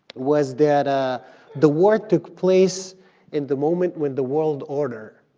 was that ah the war took place in the moment when the world order